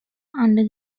under